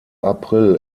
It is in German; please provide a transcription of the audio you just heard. april